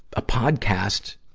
a podcast,